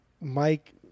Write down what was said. Mike